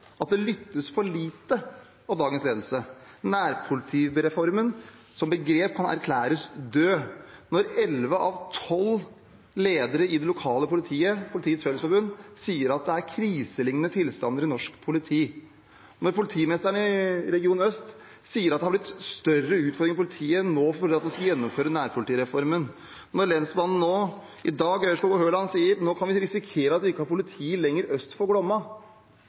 at det lyttes for lite i dagens ledelse. Nærpolitireformen som begrep kan erklæres død. Elleve av tolv ledere i det lokale politiet, Politiets Fellesforbund, sier at det er kriselignende tilstander i norsk politi, politimesteren i Øst politidistrikt sier at det har blitt større utfordringer for politiet nå fordi en skal gjennomføre nærpolitireformen, og lensmannen i Aurskog-Høland i dag sier at nå kan vi risikere at vi ikke lenger har politi øst for Glomma.